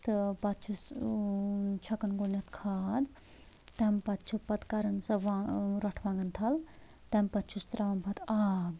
تہٕ پتہٕ چھُس چھکان گۄڈٕنٮ۪تھ کھاد تمہِ پتہٕ چھِ پتہٕ کران سۄ وانٛگ روٚٹھ وانٛگن تھل تمہِ پتہٕ چھُس ترٛاوان پتہٕ آب